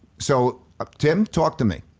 so ah tim, talk to me.